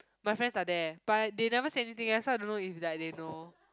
my friends are there but they never said anything else so I don't know if like they know